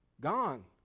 gone